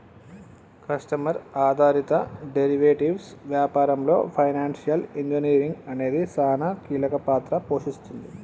customer ఆధారిత derivatives వ్యాపారంలో financial engineering అనేది సానా కీలక పాత్ర పోషిస్తుంది